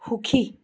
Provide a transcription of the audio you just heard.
সুখী